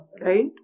right